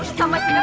coming